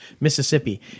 Mississippi